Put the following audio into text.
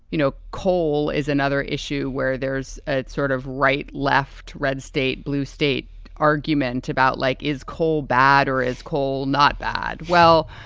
you know, coal is another issue where there's a sort of right left red state, blue state argument about like, is coal bad or is coal not bad? well,